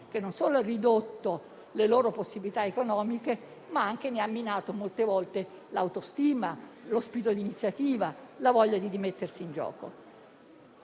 che non solo ha ridotto le loro possibilità economiche, ma molte volte ne ha anche minato l'autostima, lo spirito di iniziativa, la voglia di rimettersi in gioco.